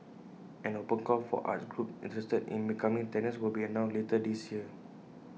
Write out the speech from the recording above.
an open call for arts groups interested in becoming tenants will be announced later this year